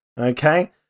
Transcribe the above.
Okay